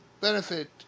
benefit